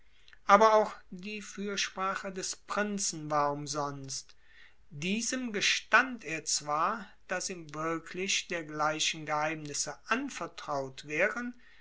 aber auch die fürsprache des prinzen war umsonst diesem gestand er zwar daß ihm wirklich dergleichen geheimnisse anvertraut wären